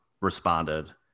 responded